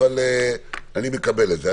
אבל אני מקבל את זה.